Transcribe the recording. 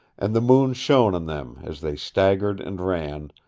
and the moon shone on them as they staggered and ran,